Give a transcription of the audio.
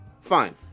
fine